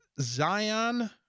Zion